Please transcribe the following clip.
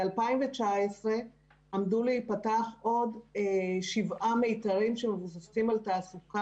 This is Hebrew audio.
ב-2019 עמדו להיפתח עוד שבעה מיתרים שמבוססים על תעסוקה,